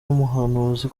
umuhanuzi